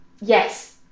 yes